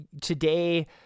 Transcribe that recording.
today